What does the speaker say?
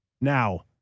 Now